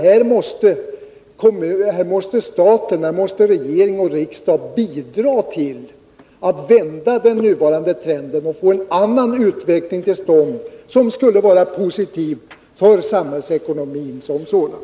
Här måste staten, regeringen och riksdagen bidra till att vända den nuvarande trenden för att få en annan utveckling till stånd, som skulle vara positiv för samhällsekonomin som sådan.